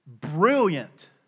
brilliant